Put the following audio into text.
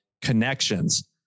Connections